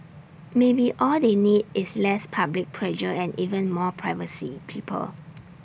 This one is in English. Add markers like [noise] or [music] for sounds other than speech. maybe all they need is less public pressure and even more privacy people [noise]